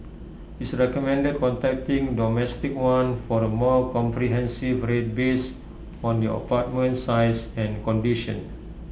it's recommended contacting domestic one for A more comprehensive rate based on your apartment size and condition